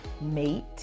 mate